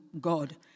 God